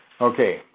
Okay